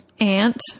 aunt